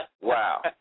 Wow